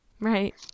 Right